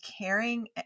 caring